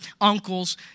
uncles